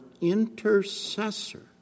intercessor